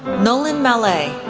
nolan mallet,